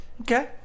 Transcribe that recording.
Okay